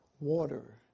water